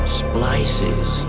splices